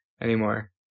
anymore